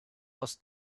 aus